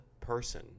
person